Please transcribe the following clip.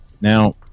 Now